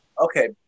Okay